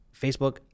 Facebook